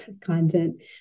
content